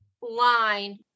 line